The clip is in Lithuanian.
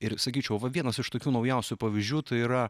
ir sakyčiau va vienas iš tokių naujausių pavyzdžių tai yra